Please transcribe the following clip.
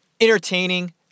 entertaining